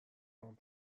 خوام